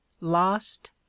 lost